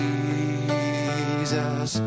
Jesus